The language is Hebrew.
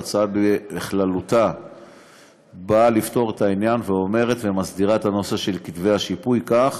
ההצעה בכללותה באה לפתור את העניין ומסדירה את הנושא של כתבי השיפוי כך